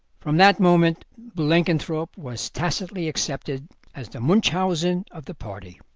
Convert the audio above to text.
from that moment blenkinthrope was tacitly accepted as the munchausen of the party.